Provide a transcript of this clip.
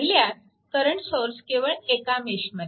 पहिल्यात current source केवळ एका मेशमध्ये आहे